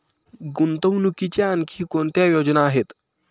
गुंतवणुकीच्या आणखी कोणत्या योजना आहेत?